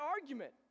argument